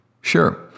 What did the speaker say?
Sure